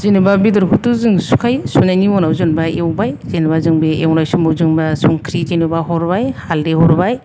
जेन'बा बेदरखौथ' जों सुखायो सुनायनि उनाव जेन'बा एवबाय जेन'बा जों बे एवनाय समाव जेन'बा संख्रि जेन'बा हरबाय हाल्दै हरबाय